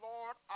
Lord